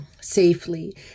safely